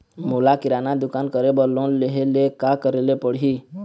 मोला किराना दुकान करे बर लोन लेहेले का करेले पड़ही?